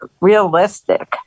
realistic